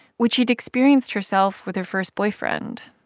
which she'd experienced herself with her first boyfriend,